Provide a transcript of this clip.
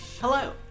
hello